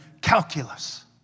calculus